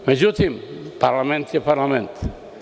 Međutim, parlament je parlament.